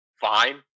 fine